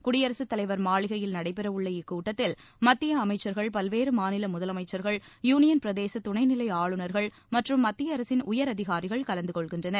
குடியரசு தலைவர் மாளிகையில் நடைபெறவுள்ள இக்கூட்டத்தில் மத்திய அமைச்சர்கள் பல்வேறு மாநில முதலமைச்சர்கள் யூளியன் பிரதேச துணை நிலை ஆளுனர்கள் மற்றும் மத்திய அரசின் உயர் அதிகாரிகள் கலந்துகொள்கின்றனர்